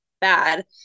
bad